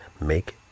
make